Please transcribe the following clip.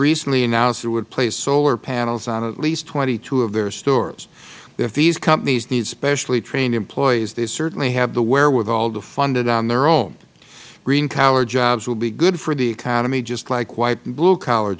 recently announced it would place solar panels on at least twenty two of their stores if these companies need specially trained employees they certainly have the wherewithal to fund it on their own green collar jobs will be good for the economy just like white and blue collar